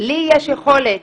לי יש יכולת